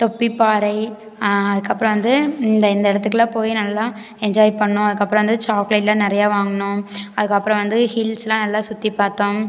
தொப்பிப்பாறை அதுக்கப்புறம் வந்து இந்த இந்த இடத்துக்குலாம் போய் நல்லா என்ஜாய் பண்ணிணோம் அதுக்கப்புறம் வந்து சாக்லேடெலாம் நிறையா வாங்கினோம் அதுக்கப்புறம் வந்து ஹில்ஸெலாம் நல்லா சுற்றி பார்த்தோம்